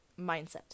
mindset